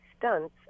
Stunts